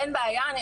אין בעיה,